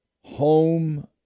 home